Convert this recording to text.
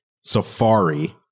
Safari